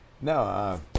no